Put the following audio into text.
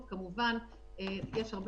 יש את